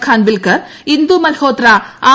Khanwilkar Indu Malhotra R